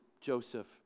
Joseph